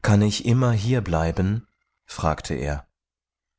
kann ich immer hier bleiben fragte er